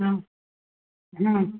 हाँ हाँ